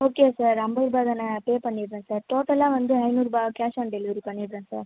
okay sir ஐம்பது ரூபா தானே பே பண்ணிடுறேன் சார் டோட்டலாக வந்து ஐநூறுரூபா கேஷ் ஆன் டெலிவரி பண்ணிடுறேன் சார்